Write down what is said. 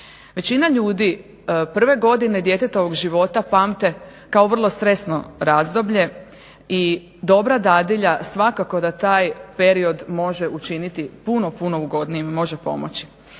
Većina ljudi prve godine djetetovog života pamte kao vrlo stresno razdoblje i dobra dadilja svakako da taj period može učiniti puno, puno ugodnijim, može pomoći.